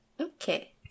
Okay